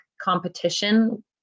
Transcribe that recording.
competition